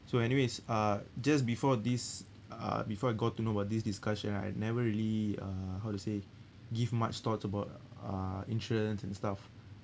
so anyway it's uh just before this uh before I got to know about this discussion I never really uh how to say give much thoughts about uh insurance and stuff